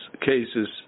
cases